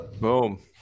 Boom